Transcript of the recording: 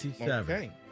Okay